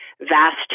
vast